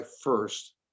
first